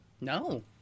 No